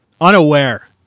unaware